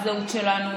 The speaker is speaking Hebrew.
הזהות שלנו,